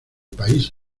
país